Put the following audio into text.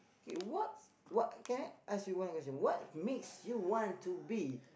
K what's what can I ask you one question what makes you want to be